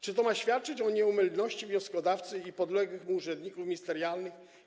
Czy to ma świadczyć o nieomylności wnioskodawcy i podległych mu urzędników ministerialnych?